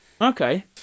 okay